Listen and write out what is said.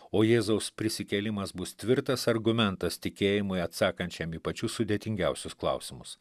o jėzaus prisikėlimas bus tvirtas argumentas tikėjimui atsakančiam į pačius sudėtingiausius klausimus